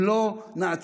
אם לא נעצור,